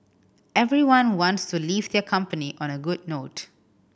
everyone wants to leave their company on a good note